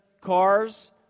cars